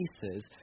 pieces